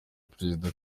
perezida